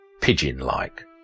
pigeon-like